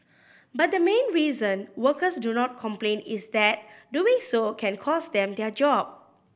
but the main reason workers do not complain is that doing so can cost them their job